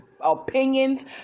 opinions